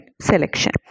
selection